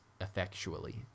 effectually